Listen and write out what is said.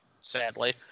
sadly